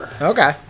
Okay